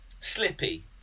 slippy